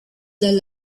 dal